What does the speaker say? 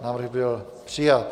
Návrh byl přijat.